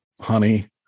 honey